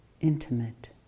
intimate